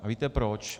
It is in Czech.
A víte proč?